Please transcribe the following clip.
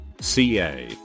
ca